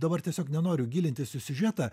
dabar tiesiog nenoriu gilintis į siužetą